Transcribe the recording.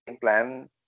plan